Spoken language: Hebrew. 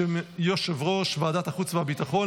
בשם יושב-ראש ועדת החוץ והביטחון,